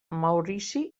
maurici